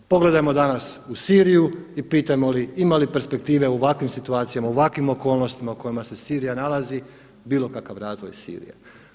Pogledajmo danas u Siriju i pitamo li ima li perspektive u ovakvim situacijama, u ovakvim okolnostima u kojima se Sirija nalazi bilo kakav razvoj Sirije?